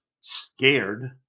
scared